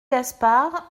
gaspard